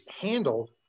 handled